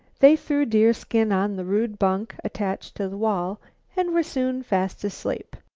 they threw deerskin on the rude bunk attached to the wall and were soon fast asleep.